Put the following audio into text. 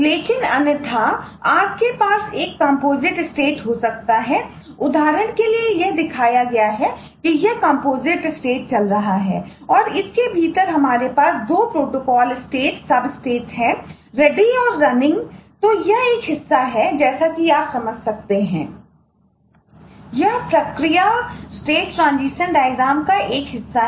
लेकिन अन्यथा आपके पास इस पर एक कम्पोजिट स्टेट है